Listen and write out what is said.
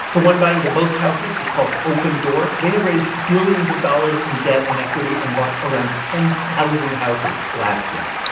the one buying the most houses is called opendoor. they have raised billions of dollars in debt and equity and bought around ten thousand houses last year.